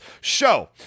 show